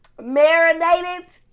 Marinated